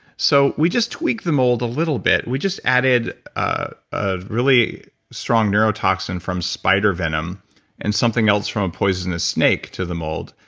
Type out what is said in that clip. so we just tweaked the mold a little bit. we just added ah a really strong neurotoxin from spider venom and something else from a poisonous snake to the mold,